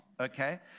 okay